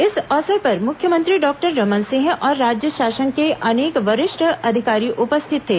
इस अवसर पर मुख्यमंत्री डॉक्टर रमन सिंह और राज्य शासन के अनेक वरिष्ठ अधिकारी उपस्थित थे